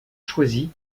choisis